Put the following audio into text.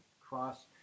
cross